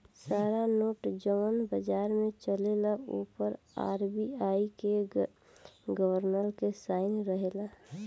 सारा नोट जवन बाजार में चलेला ओ पर आर.बी.आई के गवर्नर के साइन रहेला